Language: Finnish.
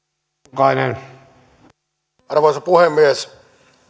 arvoisa puhemies